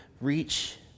reach